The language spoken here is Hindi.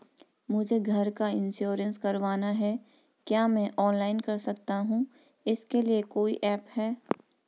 मुझे घर का इन्श्योरेंस करवाना है क्या मैं ऑनलाइन कर सकता हूँ इसके लिए कोई ऐप है?